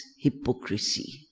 hypocrisy